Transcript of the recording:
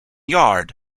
yard